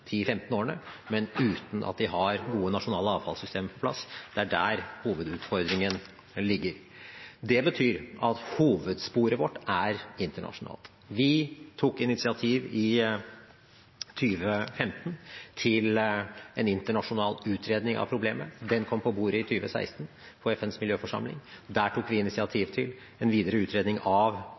årene, men uten at de har gode nasjonale avfallssystemer på plass. Det er der hovedutfordringen ligger. Det betyr at hovedsporet vårt er internasjonalt. Vi tok initiativ i 2015 til en internasjonal utredning av problemet. Den kom på bordet i 2016 på FNs miljøforsamling. Der tok vi initiativ til en videre utredning av